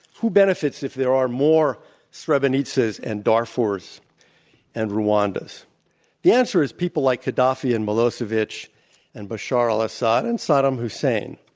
who benefits if there are more srebrenicas and darfurs and rwandas? the answer is people like gaddafi and milosevic and bashar al-assad and saddam hussein.